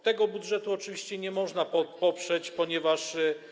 Tego budżetu oczywiście nie można poprzeć, ponieważ.